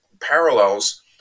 parallels